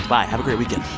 bye. have a great weekend